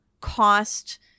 Cost